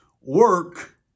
work